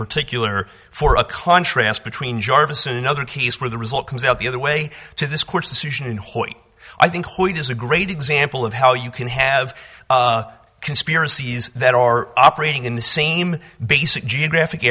particular for a contrast between jarvis in another case where the result comes out the other way to this court's decision in hoyt i think it is a great example of how you can have conspiracies that are operating in the same basic geographic